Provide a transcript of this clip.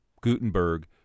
gutenberg